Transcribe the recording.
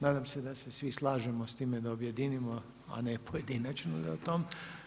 Nadam se da se svi slažemo s time da objedinimo a ne pojedinačno da o tome.